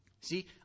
See